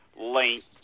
length